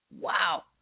Wow